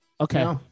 Okay